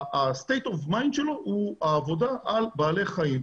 הסטייט אוף מיינד שלו הוא העבודה על בעלי חיים.